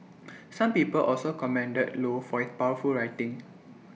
some people also commended low for his powerful writing